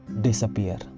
disappear